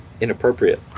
inappropriate